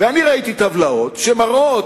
אני ראיתי טבלאות שמראות,